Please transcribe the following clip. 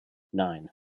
nine